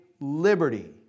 liberty